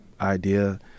idea